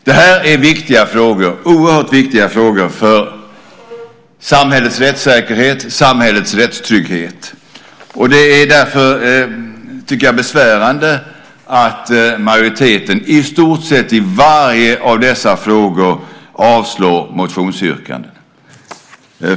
Det här är oerhört viktiga frågor för samhällets rättssäkerhet, samhällets rättstrygghet. Det är därför, tycker jag, besvärande att majoriteten i stort sett när det gäller alla dessa frågor avslår motionsyrkandena.